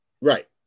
Right